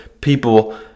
people